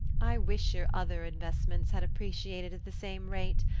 i wish your other investments had appreciated at the same rate.